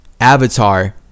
Avatar